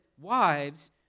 wives